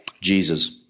Jesus